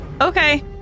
Okay